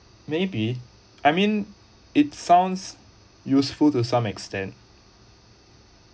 maybe I mean it sounds useful to some extent